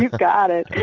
got it.